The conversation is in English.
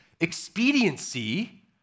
expediency